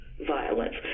violence